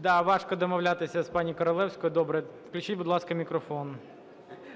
Да, важко домовлятися з пані Королевською. Добре, включіть, будь ласка, мікрофон.